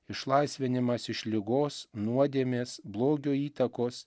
išlaisvinimas iš ligos nuodėmės blogio įtakos